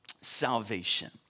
salvation